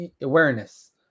awareness